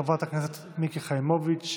חברת הכנסת מיקי חיימוביץ',